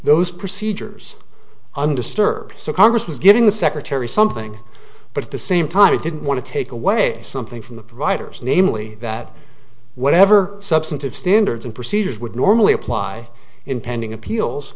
those procedures undisturbed so congress was given the secretary something but at the same time he didn't want to take away something from the providers namely that whatever substantive standards and procedures would normally apply in pending appeals